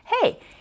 Hey